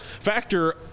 Factor